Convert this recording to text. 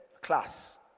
class